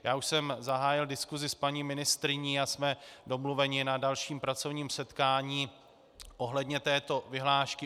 Já už jsem zahájil diskusi s paní ministryní a jsme domluveni na dalším pracovním setkání ohledně této vyhlášky.